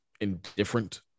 Indifferent